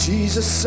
Jesus